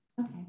okay